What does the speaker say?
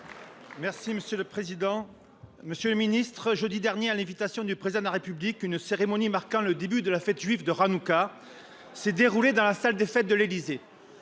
et des outre mer. Monsieur le ministre, jeudi dernier, à l’invitation du Président de la République, une cérémonie marquant le début de la fête juive de Hanoukka s’est déroulée dans la salle des fêtes de l’Élysée.